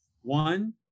One